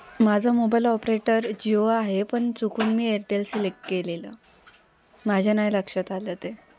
माझं mobile operator Jio आहे पण चुकून मी एअरटेल सिलेक्ट केलेलं माझ्या नाही लक्षात आलं ते